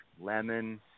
lemon